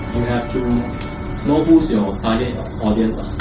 you have to know who's your target audience.